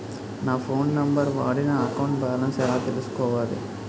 నా phone number వాడి నా అకౌంట్ బాలన్స్ ఎలా తెలుసుకోవాలి?